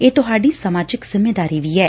ਇਹ ਤੁਹਾਡੀ ਸਮਾਜਿਕ ਜੰਮੇਵਾਰੀ ਵੀ ਏ